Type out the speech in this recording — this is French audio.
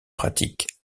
pratiques